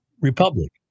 Republic